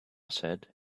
said